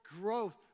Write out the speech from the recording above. growth